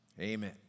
amen